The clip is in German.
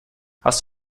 hast